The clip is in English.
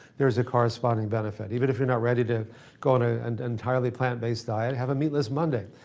there's a corresponding benefit. even if you're not ready to go on a and entirely plant based diet, have a meatless monday.